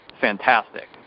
fantastic